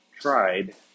tried